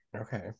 Okay